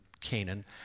Canaan